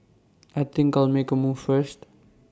I think I'll make A move first